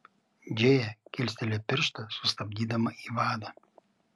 džėja kilstelėjo pirštą sustabdydama ivaną